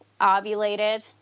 ovulated